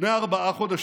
לפני ארבעה חודשים,